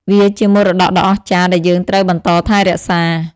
វាជាមរតកដ៏អស្ចារ្យដែលយើងត្រូវបន្តថែរក្សា។